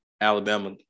Alabama